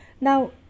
now